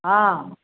हँ